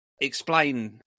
explain